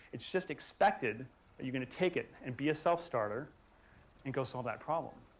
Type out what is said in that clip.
it's just expected that your're going to take it and be a self started and go solve that problem.